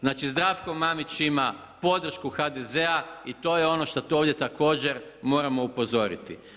Znači, Zdravko Mamić ima podršku HDZ-a i to je ono što ovdje također moramo upozoriti.